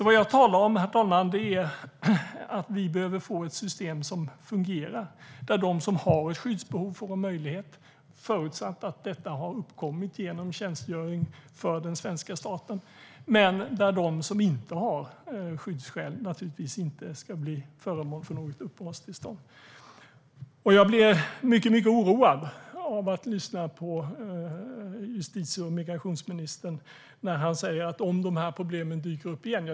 Vad jag talar om, herr talman, är att vi behöver få ett system som fungerar, där de som har ett skyddsbehov får en möjlighet förutsatt att detta har uppkommit genom tjänstgöring för den svenska staten. De som inte har skyddsskäl ska naturligtvis inte bli föremål för något uppehållstillstånd. Jag blir mycket, mycket oroad när justitie och migrationsministern säger: "skulle den här situationen uppkomma igen".